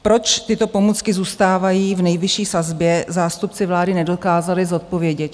Proč tyto pomůcky zůstávají v nejvyšší sazbě, zástupci vlády nedokázali zodpovědět.